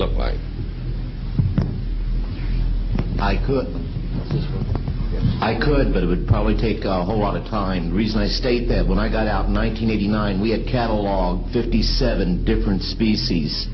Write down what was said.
look like i could i could but it would probably take a whole lot of time reason i stayed there when i got out nine hundred eighty nine we had catalogued fifty seven different species